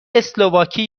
اسلواکی